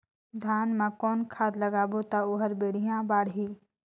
धान मा कौन खाद लगाबो ता ओहार बेडिया बाणही?